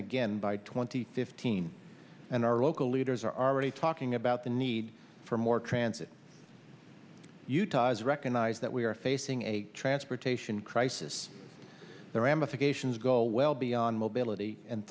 again by twenty fifteen and our local leaders are already talking about the need for more transit utah's recognize that we are facing a transportation crisis the ramifications go well beyond mobility and